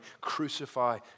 crucify